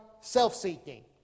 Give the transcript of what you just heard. self-seeking